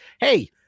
Hey